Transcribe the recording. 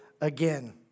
again